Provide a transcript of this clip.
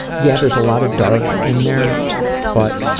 yeah, there is a lot of dark in there but